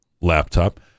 laptop